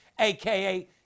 Aka